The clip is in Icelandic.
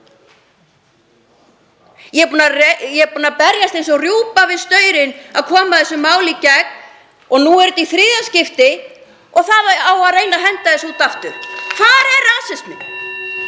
Ég er búin að rembast eins og rjúpan við staurinn að koma þessu máli í gegn og nú í þriðja skiptið og það á að reyna að henda þessu út aftur. Hvar er rasisminn?